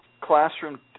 classroom